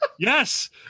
Yes